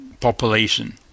population